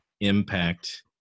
Impact